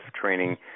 training